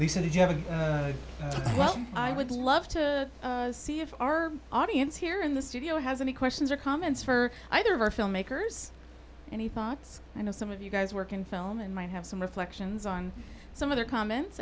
he said if you have a good one i would love to see if our audience here in the studio has any questions or comments for either of our filmmakers any thoughts i know some of you guys work in film and might have some reflections on some of the comments